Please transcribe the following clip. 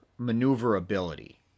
maneuverability